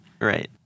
Right